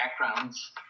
backgrounds